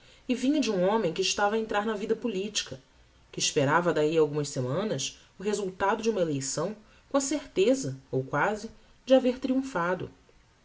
e vinha de um homem que estava a entrar na vida politica que esperava dahi a algumas semanas o resultado de uma eleição com a certeza ou quasi de haver